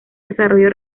desarrollo